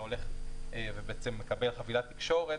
אתה הולך ומקבל חבילת תקשורת,